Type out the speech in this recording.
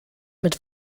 mit